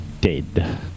dead